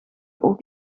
ook